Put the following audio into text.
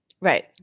Right